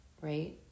right